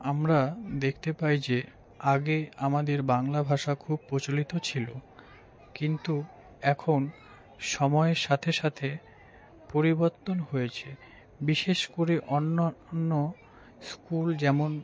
আমরা দেখতে পাই যে আগে আমাদের বাংলা ভাষা খুব প্রচলিত ছিল কিন্তু এখন সময়ের সাথে সাথে পরিবর্তন হয়েছে বিশেষ করে অন্য অন্য স্কুল যেমন